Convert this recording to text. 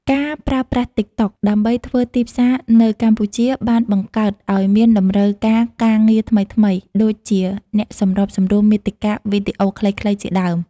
ការប្រើប្រាស់ TikTok ដើម្បីធ្វើទីផ្សារនៅកម្ពុជាបានបង្កើតឱ្យមានតម្រូវការការងារថ្មីៗ ដូចជាអ្នកសម្របសម្រួលមាតិកាវីដេអូខ្លីៗជាដើម។